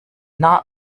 not